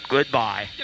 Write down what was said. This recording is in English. Goodbye